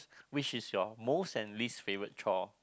which is your most and least favourite chore